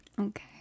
Okay